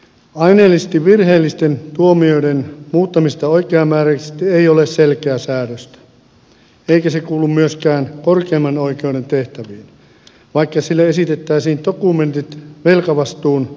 aineellisesti virheellisten tuomioiden muuttamisesta oikeamääräiseksi ei ole selkeää säädöstä eikä se kuulu myöskään korkeimman oikeuden tehtäviin vaikka sille esitettäisiin dokumentit velkavastuun oikeasta määrästä